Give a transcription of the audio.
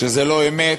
שזה לא אמת?